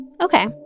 okay